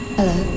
Hello